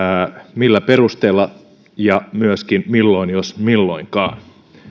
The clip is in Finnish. millä perusteella tämä toteutuu ja myöskin sitä milloin jos milloinkaan